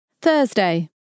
Thursday